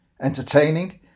entertaining